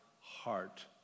heart